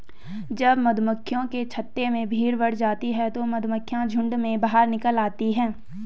जब मधुमक्खियों के छत्ते में भीड़ बढ़ जाती है तो मधुमक्खियां झुंड में बाहर निकल आती हैं